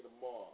tomorrow